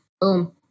Boom